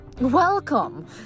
Welcome